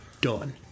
done